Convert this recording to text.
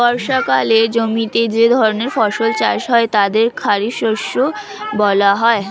বর্ষাকালে জমিতে যে ধরনের ফসল চাষ হয় তাদের খারিফ শস্য বলা হয়